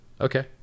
Okay